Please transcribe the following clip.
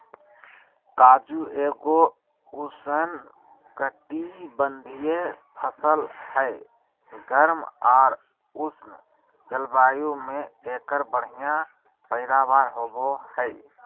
काजू एगो उष्णकटिबंधीय फसल हय, गर्म आर उष्ण जलवायु मे एकर बढ़िया पैदावार होबो हय